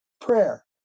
prayer